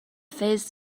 phase